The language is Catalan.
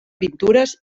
pintures